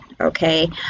okay